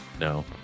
No